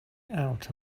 out